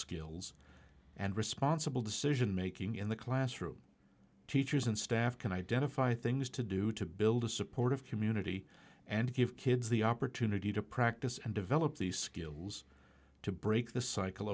skills and responsible decision making in the classroom teachers and staff can identify things to do to build a supportive community and give kids the opportunity to practice and develop these skills to break the cycle